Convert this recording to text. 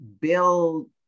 build